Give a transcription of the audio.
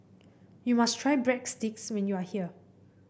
you must try Breadsticks when you are here